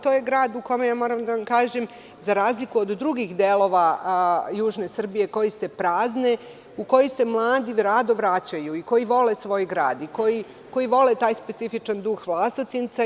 To je grad u kome se, moram da vam kažem, za razliku od drugih delova južne Srbije koji se prazne, mladi rado vraćaju, koji vole svoj grad, koji vole taj specifičan duh Vlasotinca.